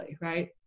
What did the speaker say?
Right